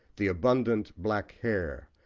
the abundant black hair,